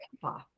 Grandpa